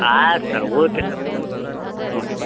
ಆಯ್ತು sir okay sir ಹ್ಞೂ sir